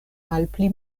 malpli